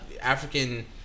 African